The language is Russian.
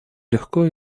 легко